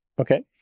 Okay